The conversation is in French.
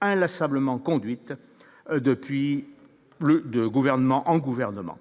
inlassablement conduite depuis plus de gouvernement en gouvernement